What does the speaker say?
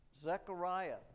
Zechariah